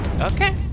Okay